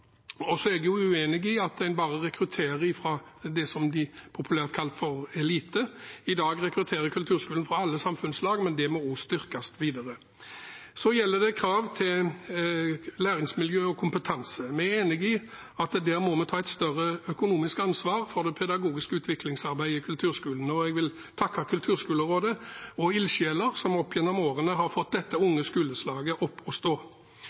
Jeg er uenig i at en bare rekrutterer fra det som populært blir kalt for eliten. I dag rekrutterer kulturskolen fra alle samfunnslag, men dette må også styrkes videre. Så gjelder det krav til læringsmiljø og kompetanse. Vi er enig i at vi må ta et større økonomisk ansvar for det pedagogiske utviklingsarbeidet i kulturskolen, og jeg vil takke kulturskolerådet og ildsjeler som opp gjennom årene har fått dette unge skoleslaget opp å stå.